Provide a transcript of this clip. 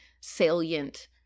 salient